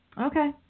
Okay